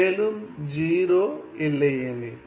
மேலும் 0 இல்லையெனில்